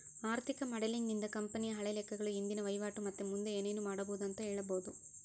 ಆರ್ಥಿಕ ಮಾಡೆಲಿಂಗ್ ನಿಂದ ಕಂಪನಿಯ ಹಳೆ ಲೆಕ್ಕಗಳು, ಇಂದಿನ ವಹಿವಾಟು ಮತ್ತೆ ಮುಂದೆ ಏನೆನು ಮಾಡಬೊದು ಅಂತ ಹೇಳಬೊದು